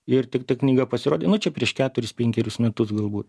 ir tik ta knyga pasirodė nu čia prieš keturis penkerius metus galbūt